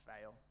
fail